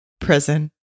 prison